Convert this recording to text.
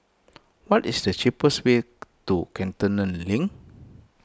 what is the cheapest way to Cantonment Link